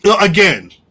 Again